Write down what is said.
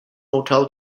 motel